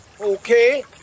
okay